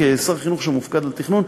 כשר הפנים שמופקד על תכנון,